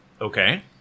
Okay